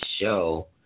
show